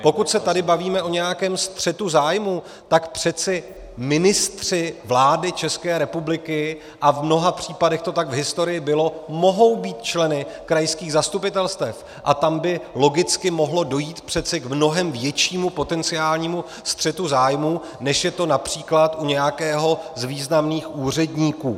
Pokud se tady bavíme o nějakém střetu zájmů, tak přece ministři vlády České republiky, a v mnoha případech to tak v historii bylo, mohou být členy krajských zastupitelstev a tam by logicky mohlo dojít přece k mnohem většímu potenciálnímu střetu zájmů, než je to např. u nějakého z významných úředníků.